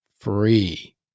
free